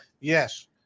Yes